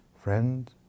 Friend